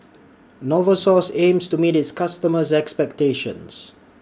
Novosource aims to meet its customers' expectations